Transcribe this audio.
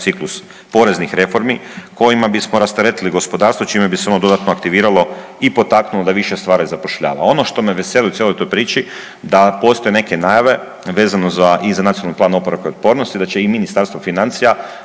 ciklus poreznih reformi, kojima bismo rasteretili gospodarstvo, čime bi se ono dodatno aktiviralo i potaknulo da više u stvari zapošljava. Ono što me veseli u cijeloj toj priči, da postoje neke najave vezane i za Nacionalni plan oporavka i otpornosti, da će i Ministarstvo financija